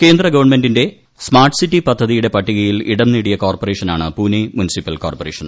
കേന്ദ്ര ഗവൺമെന്റിന്റെ സ്മാർട്ട്സിറ്റി പദ്ധതിയുടെ പട്ടികയിൽ ഇടംനേടിയ കോർപ്പ്റേഷ്ഠനാണ് പുനെ മുനിസിപ്പൽ കോർപ്പറേഷൻ